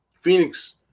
Phoenix